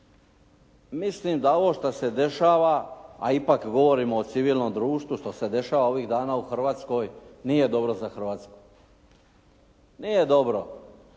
mislim da ovo što se dešava a ipak govorimo o civilnom društvu što se dešava ovih dana u Hrvatskoj nije dobro za Hrvatsku. Nije dobro.